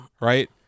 right